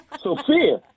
Sophia